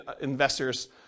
investors